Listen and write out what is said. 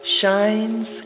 shines